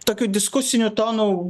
tokių diskusiniu tonu